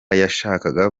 yashakaga